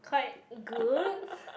quite good